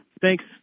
Thanks